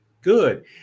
good